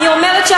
אני אומרת,